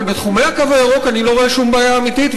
אבל בתחומי הקו הירוק אני לא רואה שום בעיה אמיתית.